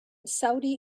saudi